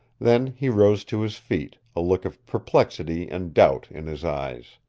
then he rose to his feet, a look of perplexity and doubt in his eyes.